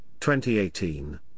2018